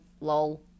lol